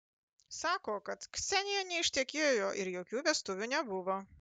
sako kad ksenija neištekėjo ir jokių vestuvių nebuvo